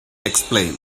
explain